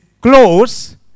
close